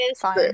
fine